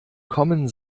kommen